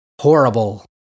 horrible